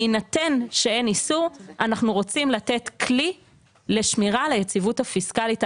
בהינתן שאין איסור אנחנו רוצים לתת כלי לשמירה על היציבות הפיסקלית.